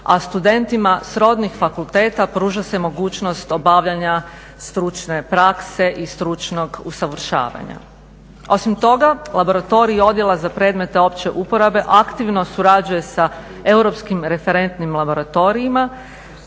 a studentima srodnih fakulteta pruža se mogućnost obavljanja stručne prakse i stručnog usavršavanja. Osim toga laboratorij Odjela za predmete opće uporabe aktivno surađuje sa europskim referentnim laboratorijima,